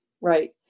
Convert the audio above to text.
Right